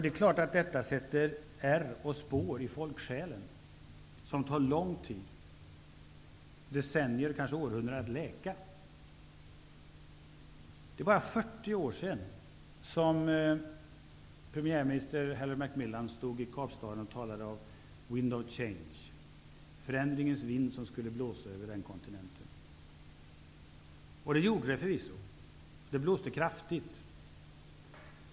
Det är klart att detta sätter ärr och spår i folksjälen, och dessa tar lång tid, decennier, kanske århundraden, att läka. Det är bara 40 år sedan som premiärminister Harold Macmillan stod i Kapstaden och talade om ''The wind of change'', förändringens vind som skulle blåsa över den kontinenten. Det gjorde den förvisso -- det blåste kraftigt.